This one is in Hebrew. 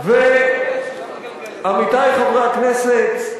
עמיתי חברי הכנסת,